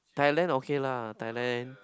Thailand okay lah Thailand